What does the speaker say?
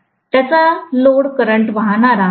त्याचा load current वाहणारा आहे